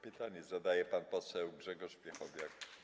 Pytanie zadaje pan poseł Grzegorz Piechowiak.